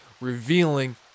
revealing